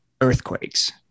earthquakes